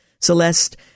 Celeste